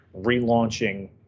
relaunching